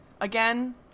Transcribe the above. again